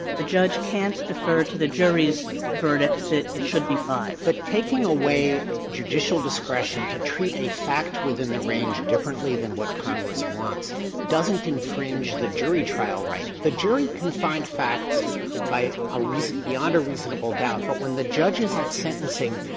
the judge can't defer to the jury's verdict that it should be five. dreeben but taking away judicial discretion to treat a fact within the range differently than what congress wants doesn't infringe the jury trial right. the jury can find facts by a beyond a reasonable doubt, but when the judge is at sentencing,